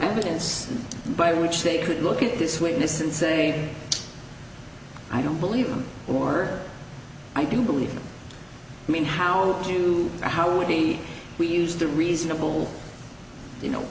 evidence by which they could look at this witness and say i don't believe or i do believe i mean how do you how would be we use the reasonable you know